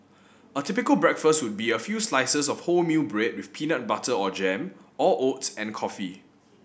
a typical breakfast would be a few slices of wholemeal bread with peanut butter or jam or oats and coffee